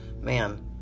man